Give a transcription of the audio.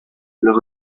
los